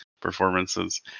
performances